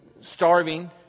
starving